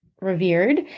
revered